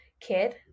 kid